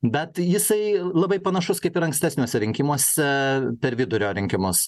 bet jisai labai panašus kaip ir ankstesniuose rinkimuose per vidurio rinkimus